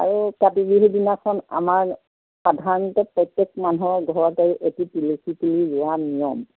আৰু কাতি বিহুৰ দিনাখন আমাৰ সাধাৰণতে প্ৰত্যেক মানুহৰ ঘৰত আৰু এটি তুলসী পুলি ৰোৱাৰ নিয়ম